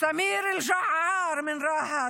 סמיר אלג'עאר מרהט,